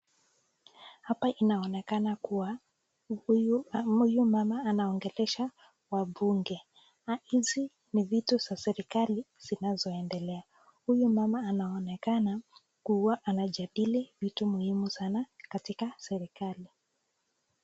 Hapa inaonekana kuwa huyu mama anaongelesha wabunge. Hizi ni vitu za serikali zinazoendelea. Huyu mama anaonekana kuwa anajadili vitu muhimu sana katika serikali.